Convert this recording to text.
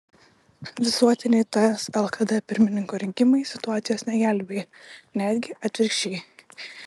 visuotiniai ts lkd pirmininko rinkimai situacijos negelbėja netgi atvirkščiai